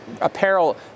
apparel